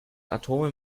atome